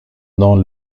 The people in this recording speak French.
dans